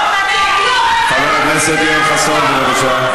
חבר הכנסת יואל חסון, בבקשה.